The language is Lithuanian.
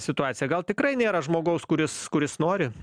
situacija gal tikrai nėra žmogaus kuris kuris nori